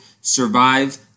Survive